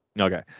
Okay